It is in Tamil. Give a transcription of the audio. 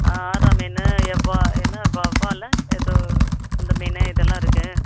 ஆ ஆரா மீன் என்ன வவ்வாலா ஏதோ அந்த மீன் இதெல்லாம் இருக்குது